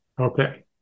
Okay